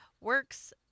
Works